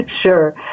Sure